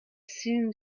seen